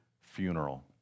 funeral